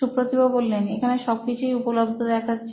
সুপ্রতিভ এখানে সবকিছু উপলব্ধ দেখাচ্ছে